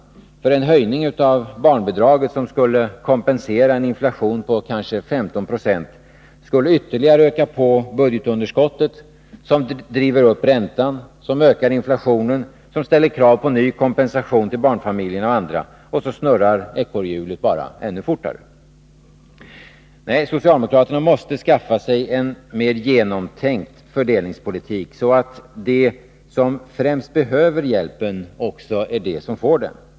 En höjning av barnbidraget, som skulle kompensera en inflation på kanske 15 96, skulle nämligen ytterligare öka budgetunderskottet, som driver upp räntan, som ökar inflationen, som ställer krav på ny kompensation till barnfamiljerna och andra — och så snurrar ekorrhjulet bara ännu fortare. Nej, socialdemokraterna måste skaffa sig en mer genomtänkt fördelningspolitik, så att de som främst behöver hjälpen också är de som får den.